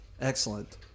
Excellent